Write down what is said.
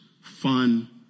fun